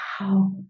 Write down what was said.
wow